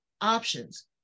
options